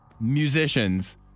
musicians